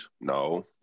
No